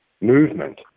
movement